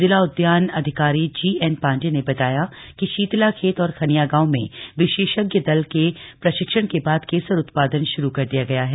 जिला उदयान अधिकारी जीएन पांडेय ने बताया कि शीतलाखेत और खनिया गांव में विशेषज्ञ दल के प्रशिक्षण के बाद केसर उत्पादन श्रू कर दिया गया है